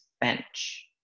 bench